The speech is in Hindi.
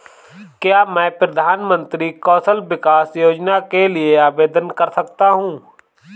क्या मैं प्रधानमंत्री कौशल विकास योजना के लिए आवेदन कर सकता हूँ?